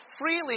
freely